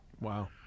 Wow